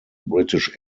british